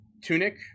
tunic